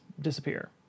disappear